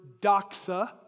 doxa